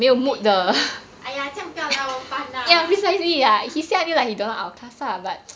dead 的 !aiya! 这样不要来我们的班 lah